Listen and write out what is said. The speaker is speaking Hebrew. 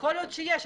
יכול להיות שיש,